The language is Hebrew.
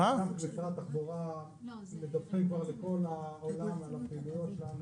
במשרד התחבורה מדווחים כבר לכל העולם על הפעילויות שלנו,